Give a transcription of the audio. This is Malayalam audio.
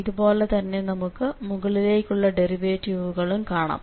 ഇതുപോലെ തന്നെ നമുക്ക് മുകളിലേക്കുള്ള ഡെറിവേറ്റിവുകളും കാണാം